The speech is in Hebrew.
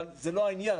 אבל זה לא העניין.